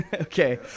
Okay